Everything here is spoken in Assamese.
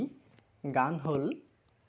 গান হ'ল